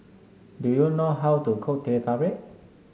do you know how to cook Teh Tarik